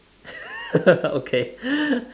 okay